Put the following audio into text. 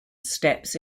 steps